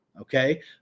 okay